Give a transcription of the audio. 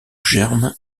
germe